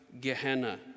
Gehenna